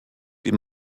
die